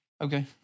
Okay